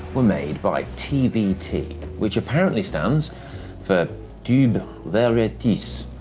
were made by tvt, which apparently stands for tube verre tisse,